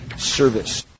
service